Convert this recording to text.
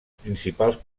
principals